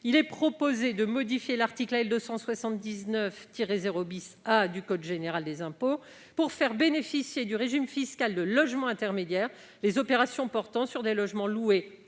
il est proposé de modifier l'article 279-0 A du code général des impôts pour faire bénéficier du régime fiscal du logement intermédiaire les opérations portant sur des logements loués